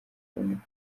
kuboneka